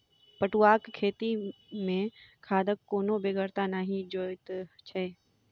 पटुआक खेती मे खादक कोनो बेगरता नहि जोइत छै